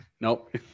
nope